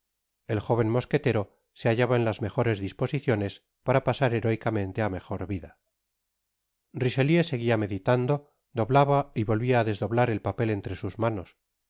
el jóven mosquetero se hallaba en las mejores disposiciones para pasar heróicamente á mejor vida richelieu seguia meditando doblaba y volvia k desdoblar el papel entre sus manos